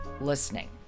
listening